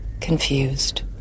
confused